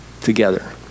together